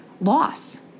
loss